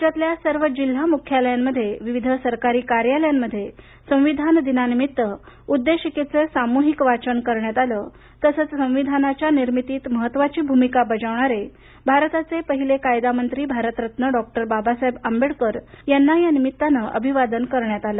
राज्यातल्या सर्व जिल्हा मुख्यालयांमध्ये विविध सरकारी कार्यालयांमध्ये संविधान दिनानिमित्त उद्देशिकेचं सामूहिक वाचन करण्यात आलं तसंच संविधानाच्या निर्मितीत महत्वाची भूमिका बजावणारे भारताचे पहिले कायदामंत्री भारतरत्न डॉक्टर बाबासाहेब आंबेडकर यांना या निमित्तान अभिवादन करण्यात आलं